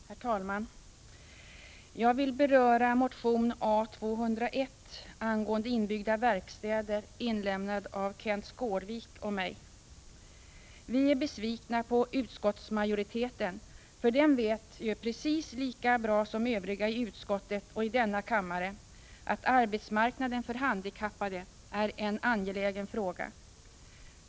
Herr talman! Jag vill beröra motion A201 angående inbyggda verkstäder, inlämnad av Kenth Skårvik och mig. Vi är besvikna på utskottsmajoriteten, för den vet ju precis lika bra som övriga i utskottet och denna kammare att arbetsmarknaden för handikappade är en angelägen fråga.